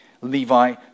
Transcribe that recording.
levi